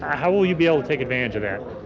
how will you be able to take advantage of that?